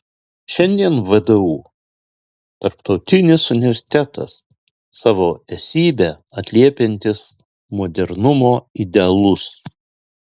šiandien vdu tarptautinis universitetas savo esybe atliepiantis modernumo idealus